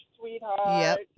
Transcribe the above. sweetheart